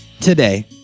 Today